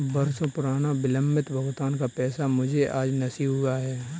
बरसों पुराना विलंबित भुगतान का पैसा मुझे आज नसीब हुआ है